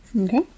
Okay